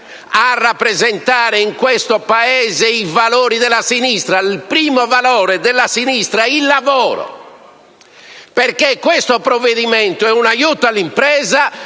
a rappresentare in questo Paese i valori della sinistra, primo fra tutti il lavoro, perché questo provvedimento è un aiuto all'impresa,